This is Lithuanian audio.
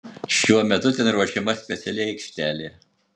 šiuo metu ten ruošiama speciali aikštelė